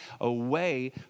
away